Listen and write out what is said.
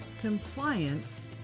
compliance